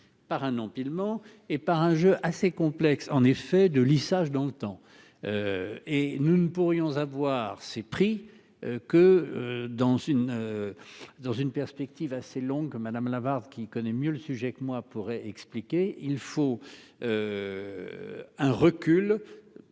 par un empilement et par un jeu assez complexe en effet de lissage dans le temps. Et nous ne pourrions avoir ces prix que dans une. Dans une perspective assez longue que madame Lavarde qui connaît mieux le sujet que moi pourrait expliquer il faut. Un recul.